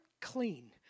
clean